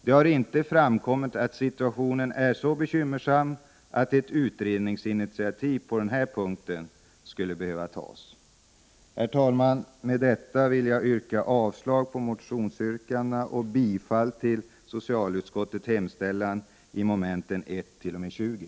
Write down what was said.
Det har inte framkommit att situationen skulle vara så bekymmersam att ett utredningsinitiativ skulle behöva tas på den här punkten. Herr talman! Med detta vill jag yrka avslag på motionsyrkandena och bifall till socialutskottets hemställan i mom. 1-20.